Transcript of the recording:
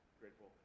grateful